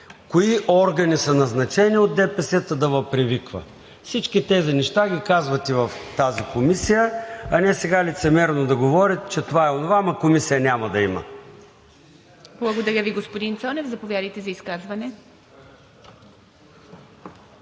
Кои органи са назначени от ДПС, та да Ви привиква? Всички тези неща ги казвате в тази комисия, а не сега лицемерно да говорят, че това и онова, ама комисия няма да има. ПРЕДСЕДАТЕЛ ИВА МИТЕВА: Благодаря Ви, господин Цонев. Заповядайте за изказване,